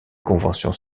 conventions